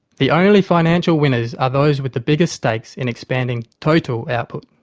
the only financial winners are those with the biggest stakes in expanding total output.